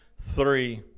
three